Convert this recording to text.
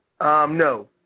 No